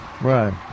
Right